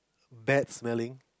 bad smelling